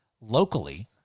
locally